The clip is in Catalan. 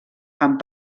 amb